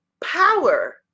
power